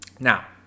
Now